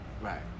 Right